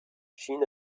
shin